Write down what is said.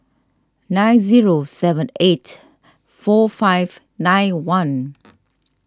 nine zero seven eight four five nine one